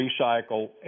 recycle